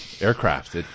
aircraft